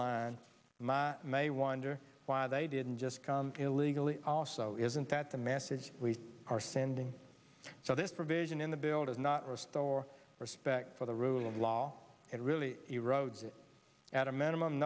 line may wonder why they didn't just come illegally also isn't that the message we are sending so this provision in the bill does not restore respect for the rule of law it really erodes it at a minimum